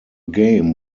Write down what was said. game